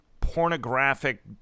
pornographic